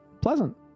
pleasant